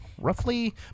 Roughly